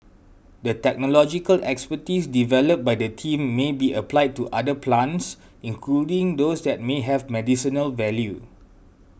the technological expertise developed by the team may be applied to other plants including those that may have medicinal value